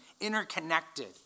interconnected